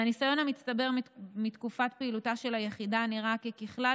מהניסיון המצטבר מתקופת פעילותה של היחידה נראה כי ככלל